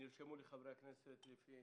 לפי